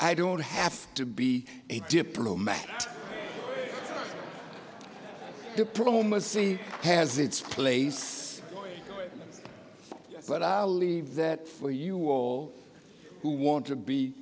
i don't have to be a diplomat diplomacy has its place but i'll leave that for you all who want to be